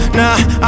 nah